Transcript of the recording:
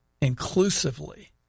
inclusively